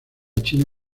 china